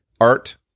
art